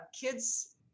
kids